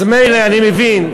אז מילא, אני מבין,